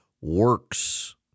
works